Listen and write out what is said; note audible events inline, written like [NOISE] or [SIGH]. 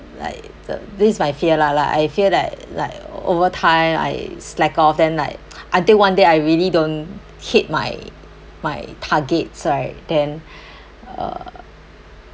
like the these my fear lah like I feel that like overtime I slack off then like [NOISE] until one day I really don't hit my my targets right then [BREATH] uh